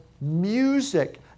music